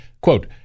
quote